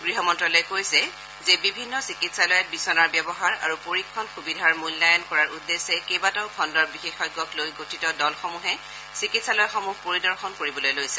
গৃহ মন্তালয়ে কৈছে যে বিভিন্ন চিকিৎসালয়ত বিচনাৰ ব্যৱহাৰ আৰু পৰীক্ষণ সুবিধাৰ মূল্যায়ন কৰাৰ উদ্দেশ্যে কেইবাটাও খণ্ডৰ বিশেষজ্ঞক লৈ গঠিত দলসমূহে চিকিৎসালয়সমূহ পৰিদৰ্শন কৰিবলৈ লৈছে